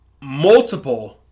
multiple